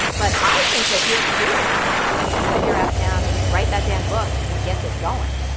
but, i think that you're clear, and i think you just need to sit your ass down, write that damn book, and get this going.